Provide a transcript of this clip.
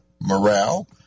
morale